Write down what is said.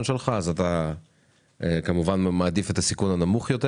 שלך אז אתה כמובן מעדיף את הסיכון הנמוך יותר.